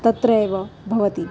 तत्र एव भवति